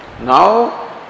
Now